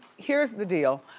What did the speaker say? here's the deal,